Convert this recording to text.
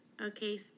Okay